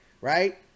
right